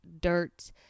dirt